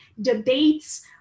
debates